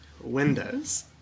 windows